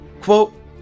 quote